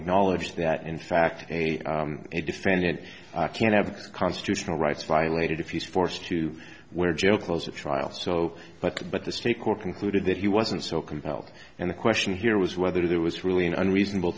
acknowledge that in fact a defendant can have constitutional rights violated if he's forced to wear jail clothes at trial so but but the state court concluded that he wasn't so compelled and the question here was whether there was really an unreasonable